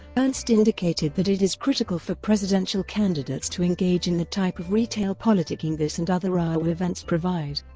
ernst indicated that it is critical for presidential candidates to engage in the type of retail politicking this and other iowa events provide.